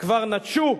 כבר נטשו,